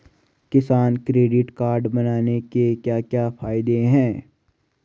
किसान credit card बनाने के क्या क्या फायदे हैं?